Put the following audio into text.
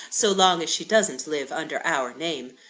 so long as she doesn't live under our name.